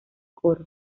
coro